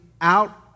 out